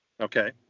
Okay